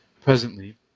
presently